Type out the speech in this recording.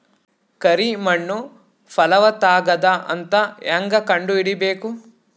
ಕರಿ ಮಣ್ಣು ಫಲವತ್ತಾಗದ ಅಂತ ಹೇಂಗ ಕಂಡುಹಿಡಿಬೇಕು?